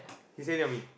he stay near me